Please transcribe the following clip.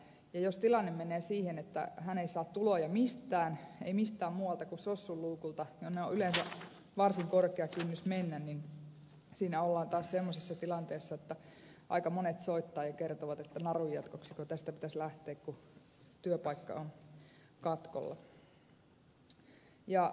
jos tilanne menee siihen että hän ei saa tuloja mistään ei mistään muualta kuin sossun luukulta jonne on yleensä varsin korkea kynnys mennä niin siinä ollaan taas semmoisessa tilanteessa että aika monet soittavat ja kertovat että narun jatkoksiko tästä pitäisi lähteä kun työpaikka on katkolla